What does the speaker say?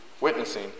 witnessing